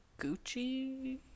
Gucci